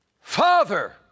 Father